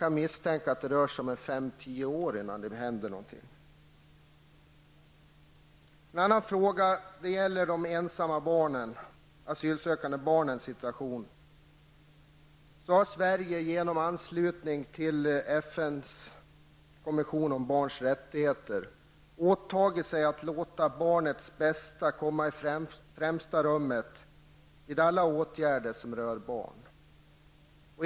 Jag misstänker att det kan dröja fem eller tio år innan det händer någonting. Vad det gäller de ensamma asylsökande barnens situation har Sverige genom anslutning till FN konventionen om barns rättigheter åtagit sig att låta barnets bästa komma i främsta rummet vid alla åtgärder som rör barn.